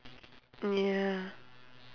yeah